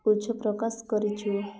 ଇଚ୍ଛା ପ୍ରକାଶ କରିଛୁ